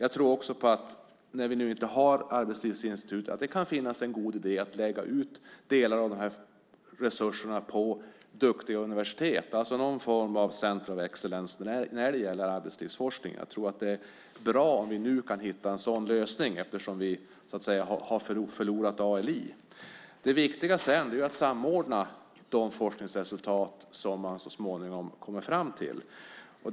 När vi nu inte har ett arbetslivsinstitut kan det vara en god idé att lägga ut delar av dessa resurser på duktiga universitet, alltså någon form av centers of excellence när det gäller arbetslivsforskningen. Det är bra om vi kan hitta en sådan lösning eftersom vi nu så att säga har förlorat ALI. Det viktiga är sedan att samordna de forskningsresultat som man så småningom kommer fram till.